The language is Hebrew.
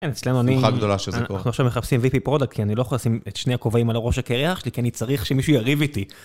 אנחנו עכשיו מחפשים ויפי פרודקט כי אני לא יכול לשים את שני הכובעים על הראש הקרח שלי, כי אני צריך שמישהו יריב איתי